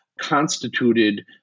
constituted